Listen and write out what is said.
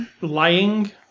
lying